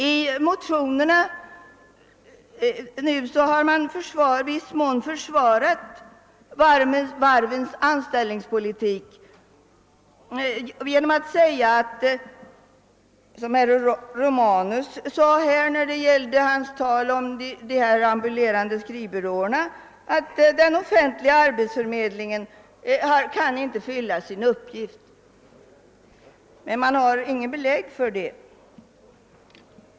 I motionerna har man nu i viss mån försvarat varvens anställningspolitik ge nom att framhålla — som herr Romanus sade när det gällde de ambulerande skrivbyråerna — att den offentliga arbetsförmedlingen inte kan fylla sin uppgift. Men man har inget belägg för detta.